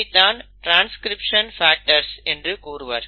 இதை தான் transcription factors என்று கூறுவர்